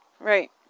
right